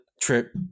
trip